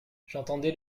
j’entendais